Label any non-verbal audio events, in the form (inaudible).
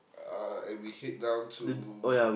uh and we head down to (noise)